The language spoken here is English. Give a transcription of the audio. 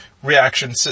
reaction